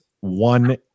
one